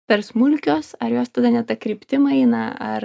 per smulkios ar jos tada ne ta kryptim eina ar